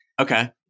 Okay